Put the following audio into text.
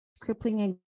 crippling